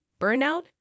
burnout